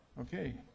Okay